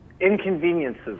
inconveniences